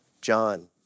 John